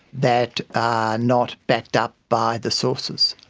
that are not backed up by the sources.